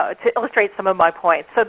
ah to illustrate some of my points.